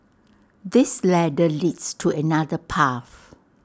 this ladder leads to another path